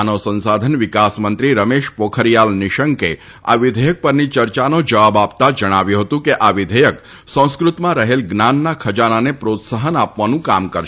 માનવ સંશાધન વિકાસમંત્રી રમેશ પોખરીયાલ નિશંકે આ વિઘેયક પરની યર્યાનો જવાબ આપતા જણાવ્યું હતું કે આ વિઘેચક સંસ્કૃતમાં રહેલ જ્ઞાનના ખજાનાને પ્રોત્સાફન આપવાનું પણ કામ કરશે